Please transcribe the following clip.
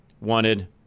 wanted